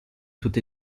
tutti